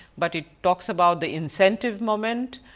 but it talks about the incentive moment,